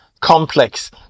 Complex